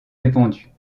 répandues